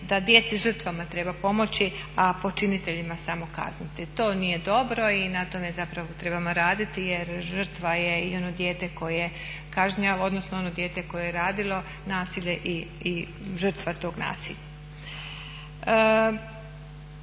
da djeci žrtvama treba pomoći, a počiniteljima samo kazniti. To nije dobro i na tome zapravo trebamo raditi jer žrtva je i ono dijete koje je radilo nasilje i žrtva tog nasilja.